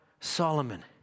Solomon